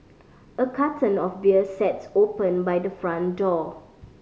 a carton of beer sat's open by the front door